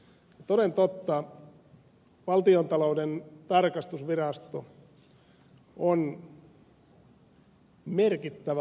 toden totta valtiontalouden tarkastusvirasto on merkittävä omatunto